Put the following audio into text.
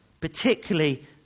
particularly